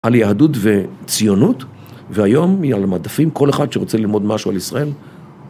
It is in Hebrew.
על יהדות וציונות, והיום היא על המעדפים, כל אחד שרוצה ללמוד משהו על ישראל.